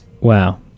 Wow